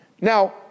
Now